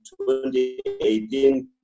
2018